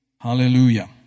Hallelujah